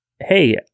hey